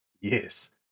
Yes